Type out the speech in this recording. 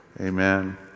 Amen